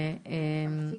לדעת.